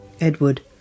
edward